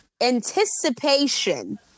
anticipation